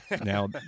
now